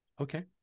Okay